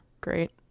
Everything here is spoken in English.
great